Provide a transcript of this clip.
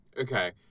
Okay